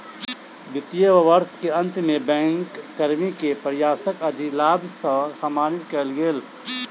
वित्तीय वर्ष के अंत में बैंक कर्मी के प्रयासक अधिलाभ सॅ सम्मानित कएल गेल